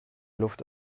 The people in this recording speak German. luft